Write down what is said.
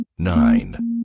nine